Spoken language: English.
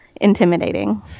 intimidating